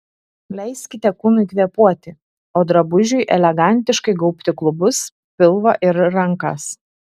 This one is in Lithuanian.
leiskite kūnui kvėpuoti o drabužiui elegantiškai gaubti klubus pilvą ir rankas